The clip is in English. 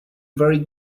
very